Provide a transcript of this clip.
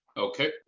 okay.